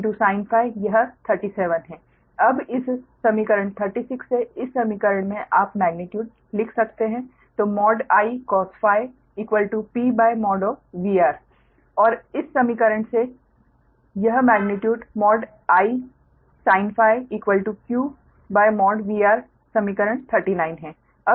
अब इस समीकरण 36 से इस समीकरण से आप मेग्नीट्यूड लिख सकते हैं I cosPVR और इस समीकरण से कि यह मेग्नीट्यूड I sinQVR समीकरण 39 है